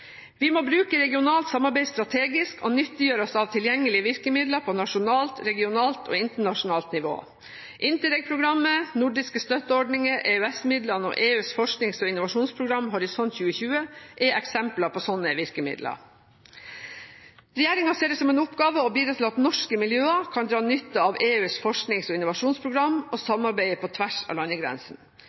Vi må bruke regionalt samarbeid strategisk og nyttiggjøre oss tilgjengelige virkemidler på nasjonalt, regionalt og internasjonalt nivå. Interreg-programmet, nordiske støtteordninger, EØS-midlene og EUs forsknings- og innovasjonsprogram Horisont 2020 er eksempler på slike virkemidler. Regjeringen ser det som en oppgave å bidra til at norske miljøer kan dra nytte av EUs forsknings- og innovasjonsprogram, og samarbeide på tvers av